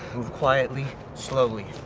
move quietly, slowly.